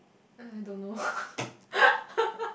uh I don't know